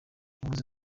yavuze